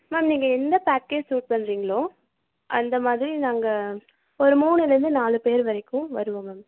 ma'am நீங்கள் எந்த package choose பண்ணுறிங்களோ அந்த மாதிரி நாங்கள் ஒரு மூணுலேருந்து நாலு பேர் வரைக்கும் வருவோம் மேம்